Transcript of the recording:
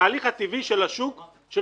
התהליך הטבעי של השוק - אגב,